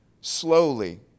Slowly